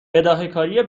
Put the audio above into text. بداههکاری